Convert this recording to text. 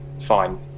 fine